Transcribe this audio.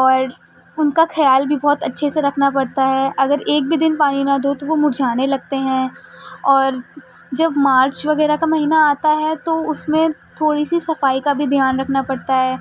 اور ان کا خیال بھی بہت اچھے سے رکھنا پڑتا ہے اگر ایک بھی دن پانی نہ دو تو وہ مرجھانے لگتے ہیں اور جب مارچ وغیرہ کا مہینہ آتا ہے تو اس میں تھوڑی سی صفائی کا بھی دھیان رکھنا پڑتا ہے